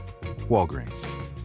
Walgreens